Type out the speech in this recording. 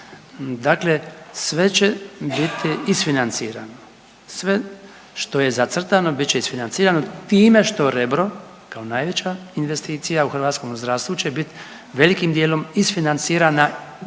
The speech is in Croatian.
Dakle, sve će biti isfinancirano. Sve što je zacrtano bit će isfinancirano time što Rebro kao najveća investicija u hrvatskom zdravstvu će biti velikim dijelom isfinancirana kad je oprema